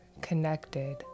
connected